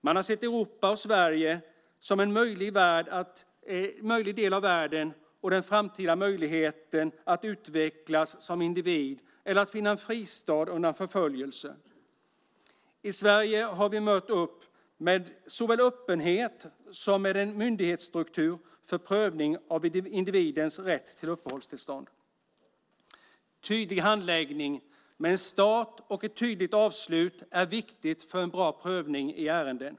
Man har sett Europa och Sverige som en möjlig del av världen för framtida möjligheter att utvecklas som individ eller en fristad undan förföljelse. I Sverige har vi mött upp med öppenhet och med en myndighetsstruktur för prövning av individens rätt till uppehållstillstånd. Tydlighet i handläggningen med en start och ett tydligt avslut är viktigt för en bra prövning i ärenden.